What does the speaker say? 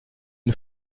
une